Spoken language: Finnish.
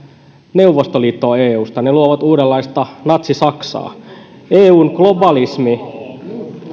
neuvostoliittoa eusta he luovat uudenlaista natsi saksaa eun globalismi